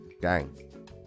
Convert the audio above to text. Gang